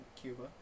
Cuba